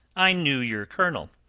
i knew your colonel.